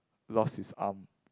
lost his arm